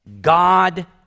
God